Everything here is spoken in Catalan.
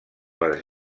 les